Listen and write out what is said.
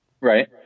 Right